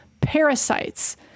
parasites